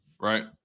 Right